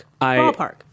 Ballpark